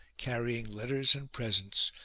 carrying letters and presents,